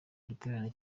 igiterane